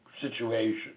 situation